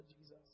Jesus